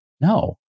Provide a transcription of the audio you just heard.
No